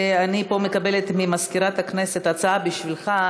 אני פה מקבלת ממזכירת הכנסת הצעה בשבילך,